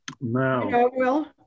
No